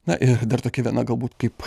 na ir dar tokia viena galbūt kaip